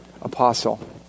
apostle